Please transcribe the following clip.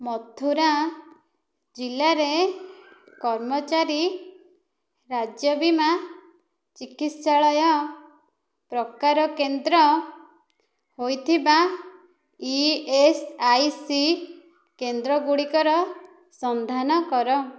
ମଥୁରା ଜିଲ୍ଲାରେ କର୍ମଚାରୀ ରାଜ୍ୟ ବୀମା ଚିକିତ୍ସାଳୟ ପ୍ରକାର କେନ୍ଦ୍ର ହୋଇଥିବା ଇଏସ୍ଆଇସି କେନ୍ଦ୍ରଗୁଡ଼ିକର ସନ୍ଧାନ କର